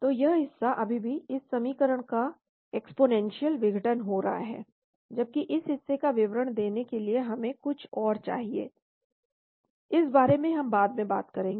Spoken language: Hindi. तो यह हिस्सा अभी भी इस समीकरण का एक्स्पोनेंशियल विघटन हो रहा है जबकि इस हिस्से का विवरण देने के लिए हमें कुछ और चाहिए इस बारे में हम बाद में बात करेंगे